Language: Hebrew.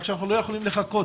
רק שאנחנו לא יכולים לחכות.